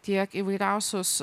tiek įvairiausius